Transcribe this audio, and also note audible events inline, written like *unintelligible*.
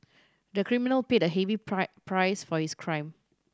the criminal paid a heavy *unintelligible* price for his crime